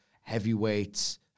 heavyweights